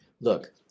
look